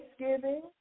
Thanksgiving